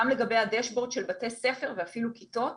גם לגבי הדאשבורד של בתי ספר ואפילו כיתות.